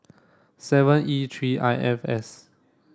seven E three I F S